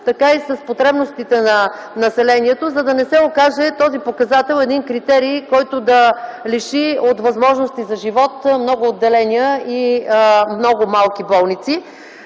така и с потребностите на населението, за да не се окаже този показател критерий, който лишава от възможности за живот много отделения и много малки болници.